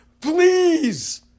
Please